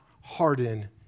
harden